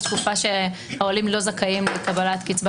יש תקופה שהעולים לא זכאים לקבלת קצבה